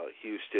Houston